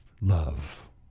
love